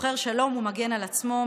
שוחר שלום ומגן על עצמו,